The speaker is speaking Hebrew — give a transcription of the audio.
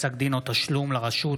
פסק דין או תשלום לרשות),